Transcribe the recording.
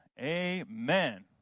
amen